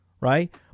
right